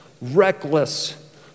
reckless